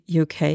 UK